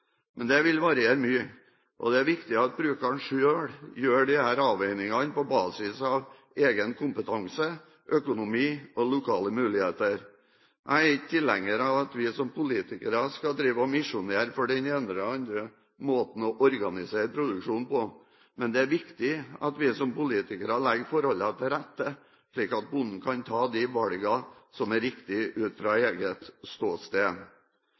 Men dette vil variere mye. Det er viktig at brukeren selv gjør disse avveiningene på basis av egen kompetanse, økonomi og lokale muligheter. Jeg er ikke tilhenger av at vi som politikere skal drive og misjonere for den ene eller andre måten å organisere produksjonen på, men det er viktig at vi som politikere legger forholdene til rette, slik at bonden kan ta de valgene som er riktige ut fra eget ståsted.